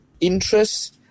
interests